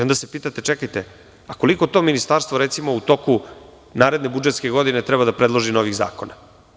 Onda se pitate, čekajte - a koliko to ministarstvo u toku naredne budžetske godine treba da predloži novih zakona?